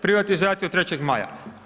Privatizaciju 3. Maja?